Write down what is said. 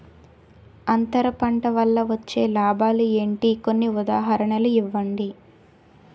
అంతర పంట వల్ల వచ్చే లాభాలు ఏంటి? కొన్ని ఉదాహరణలు ఇవ్వండి?